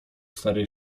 starej